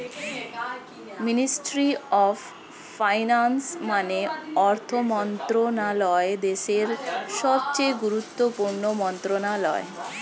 ministry of finance মানে অর্থ মন্ত্রণালয় দেশের সবচেয়ে গুরুত্বপূর্ণ মন্ত্রণালয়